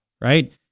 right